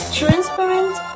transparent